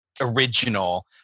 original